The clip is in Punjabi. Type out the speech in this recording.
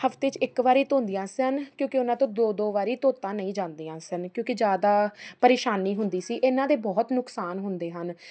ਹਫਤੇ 'ਚ ਇੱਕ ਵਾਰੀ ਧੋਂਦੀਆਂ ਸਨ ਕਿਉਂਕਿ ਉਹਨਾਂ ਤੋਂ ਦੋ ਦੋ ਵਾਰੀ ਧੋਤਾ ਨਹੀਂ ਜਾਂਦੀਆਂ ਸਨ ਕਿਉਂਕਿ ਜ਼ਿਆਦਾ ਪਰੇਸ਼ਾਨੀ ਹੁੰਦੀ ਸੀ ਇਹਨਾਂ ਦੇ ਬਹੁਤ ਨੁਕਸਾਨ ਹੁੰਦੇ ਹਨ